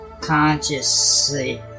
consciously